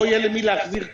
לא יהיה למי להחזיר כלום,